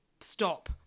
stop